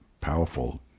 powerful